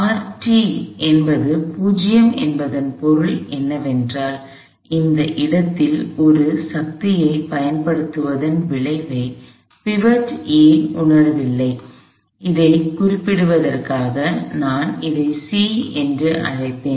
R t என்பது 0 என்பதன் பொருள் என்னவென்றால் இந்த இடத்தில் ஒரு சக்தியைப் பயன்படுத்துவதன் விளைவை பிவட் A உணரவில்லை அதைக் குறிப்பிடுவதற்காக நான் இதை C என்று அழைப்பேன்